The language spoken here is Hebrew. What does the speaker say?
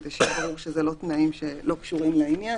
כדי שיהיה ברור שאלה לא תנאים שלא קשורים לעניין.